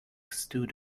stood